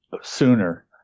sooner